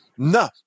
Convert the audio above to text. No